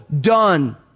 done